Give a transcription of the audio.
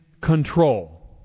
control